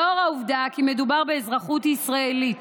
לאור העובדה כי מדובר באזרחות ישראלית,